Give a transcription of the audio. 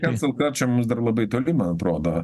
ten sukrečamos dar labai toli man atrodo